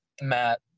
Matt